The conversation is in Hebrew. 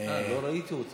לא ראיתי אותו.